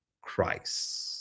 Christ